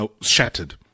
shattered